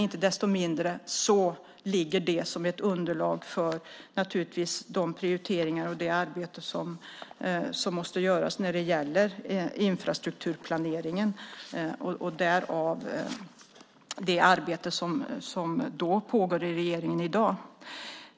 Inte desto mindre ligger det naturligtvis som ett underlag för de prioriteringar och det arbete som måste göras när det gäller infrastrukturplaneringen. Därav det arbete som pågår i regeringen i dag.